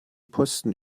posten